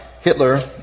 Hitler